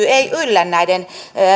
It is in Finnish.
yllä näiden